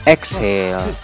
Exhale